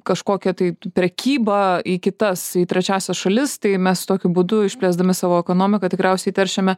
kažkokią tai prekybą į kitas trečiąsias šalis tai mes tokiu būdu išplėsdami savo ekonomiką tikriausiai teršiame